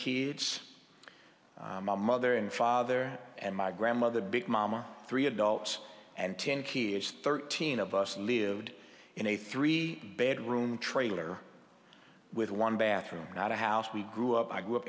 kids my mother and father and my grandmother big mama three adults and ten kids thirteen of us lived in a three bedroom trailer with one bathroom not a house we grew up i grew up